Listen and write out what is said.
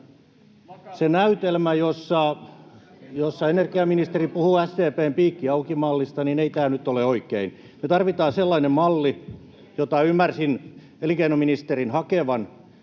Se näytelmä, jossa energiaministeri puhuu SDP:n piikki auki ‑mallista. Ei tämä nyt ole oikein. — Me tarvitaan sellainen malli, jota ymmärsin elinkeinoministerin hakevan